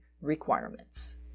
requirements